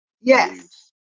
Yes